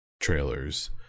trailers